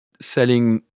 selling